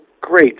great